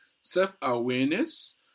self-awareness